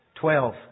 Twelve